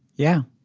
yeah,